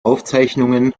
aufzeichnungen